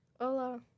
Hola